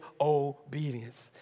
obedience